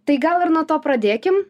tai gal ir nuo to pradėkim